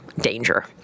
danger